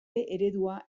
eredua